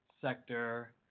sector